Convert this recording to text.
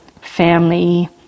family